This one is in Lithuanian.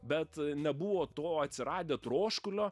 bet nebuvo to atsiradę troškulio